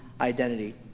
identity